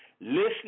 Listening